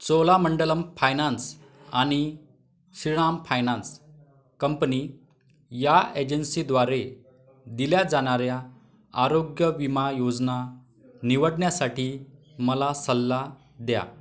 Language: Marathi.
चोलामंडलम फायनान्स आणि श्रीराम फायनान्स कंपनी या एजन्सीद्वारे दिल्या जाणाऱ्या आरोग्य विमा योजना निवडण्यासाठी मला सल्ला द्या